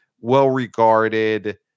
well-regarded